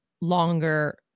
longer